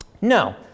No